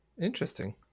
Interesting